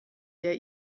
der